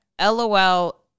LOL